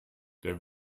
der